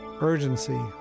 urgency